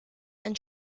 and